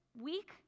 week